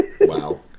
Wow